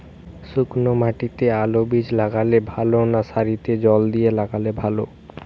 শুক্নো মাটিতে আলুবীজ লাগালে ভালো না সারিতে জল দিয়ে লাগালে ভালো?